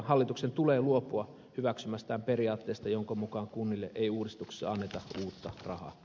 hallituksen tulee luopua hyväksymästään periaatteesta jonka mukaan kunnille ei uudistuksessa anneta uutta rahaa